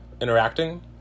interacting